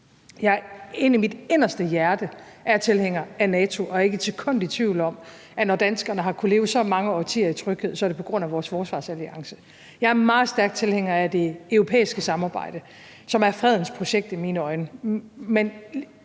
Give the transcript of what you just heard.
Dybt inde i mit hjerte er jeg tilhænger af NATO, og jeg er ikke et sekund i tvivl om, at når danskerne har kunnet leve så mange i årtier i tryghed, er det på grund af vores forsvarsalliance. Jeg er meget stærk tilhænger af det europæiske samarbejde, som i mine øjne